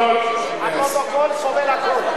הפרוטוקול סובל הכול.